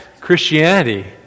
Christianity